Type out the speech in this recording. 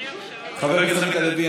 חבר הכנסת עמית הלוי,